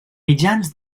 mitjans